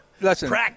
listen